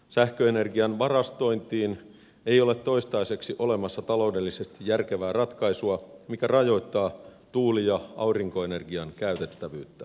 sähköenergian varastointiin ei ole toistaiseksi olemassa taloudellisesti järkevää ratkaisua mikä rajoittaa tuuli ja aurinkoenergian käytettävyyttä